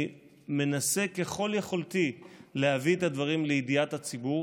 אני מנסה ככל יכולתי להביא את הדברים לידיעת הציבור.